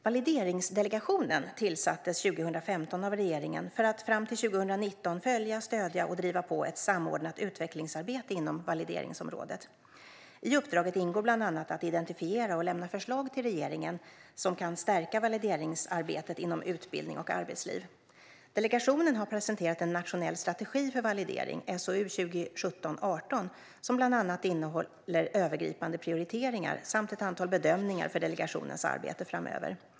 Valideringsdelegationen tillsattes 2015 av regeringen för att fram till 2019 följa, stödja och driva på ett samordnat utvecklingsarbete inom valideringsområdet. I uppdraget ingår bland annat att identifiera och lämna förslag till regeringen som kan stärka valideringsarbetet inom utbildning och arbetsliv. Delegationen har presenterat En nationell strategi för validering , SOU 2017:18, som bland annat innehåller övergripande prioriteringar samt ett antal bedömningar för delegationens arbete framöver.